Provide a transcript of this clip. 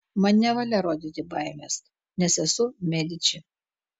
man nevalia rodyti baimės nes esu mediči